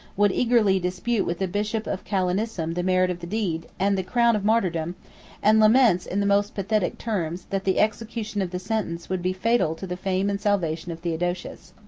would eagerly dispute with the bishop of callinicum the merit of the deed, and the crown of martyrdom and laments, in the most pathetic terms, that the execution of the sentence would be fatal to the fame and salvation of theodosius.